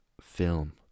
film